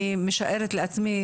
אני משערת לעצמי,